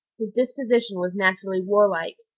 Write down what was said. his disposition was naturally warlike,